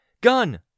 Gun